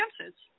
chances